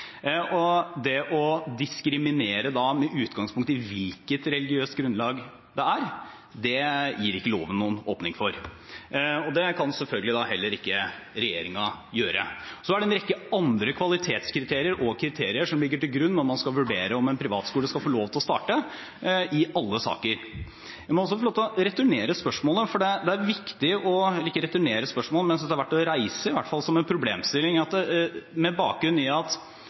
Det å diskriminere med utgangspunkt i hvilket religiøst grunnlag det er, gir ikke loven noen åpning for, og det kan selvfølgelig heller ikke regjeringen gjøre. Så er det i alle saker en rekke kvalitetskriterier og andre kriterier som ligger til grunn når man skal vurdere om en privatskole skal få lov til å starte. Jeg må også få lov til ikke akkurat å returnere spørsmålet, men til å si at jeg synes det er verdt å reise som en problemstilling at den privatskoleloven vi har